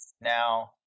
Now